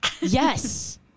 Yes